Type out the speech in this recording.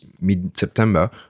mid-September